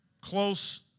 close